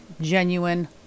genuine